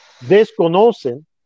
desconocen